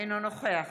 אינו נוכח